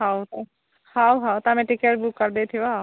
ହଉ ହଉ ହଉ ତମେ ଟିକେଟ୍ ବୁକ୍ କରିଦେଇଥିବ ଆଉ